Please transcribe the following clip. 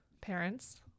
parents